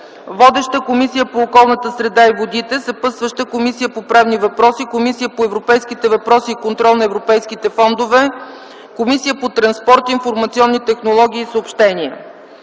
Водеща е Комисията по околната среда и водите, съпътстващи са Комисията по правни въпроси, Комисията по европейските въпроси и контрол на европейските фондове, Комисията по транспорт, информационни технологии и съобщения.